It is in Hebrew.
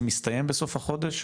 זה מסתיים בסוף החודש,